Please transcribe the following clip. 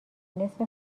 نصف